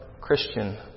Christian